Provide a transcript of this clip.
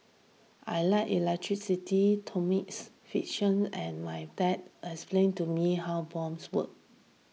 I like electricity and my dad explained to me how bombs work